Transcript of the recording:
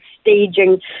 staging